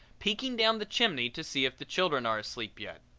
peeking down the chimney to see if the children are asleep yet.